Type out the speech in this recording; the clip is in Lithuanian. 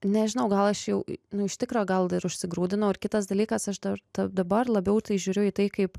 nežinau gal aš jau nu iš tikro gal ir užsigrūdinau ir kitas dalykas aš dar tad dabar labiau tai žiūriu į tai kaip